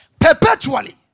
perpetually